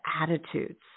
attitudes